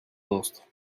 monstre